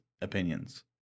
opinions